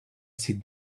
sit